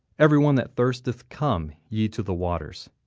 every one that thirsteth, come ye to the waters,